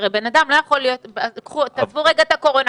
כי הרי בן אדם לא יכול להיות עזבו רגע את הקורונה,